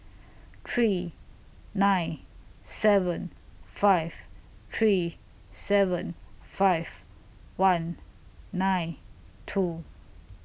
three nine seven five three seven five one nine two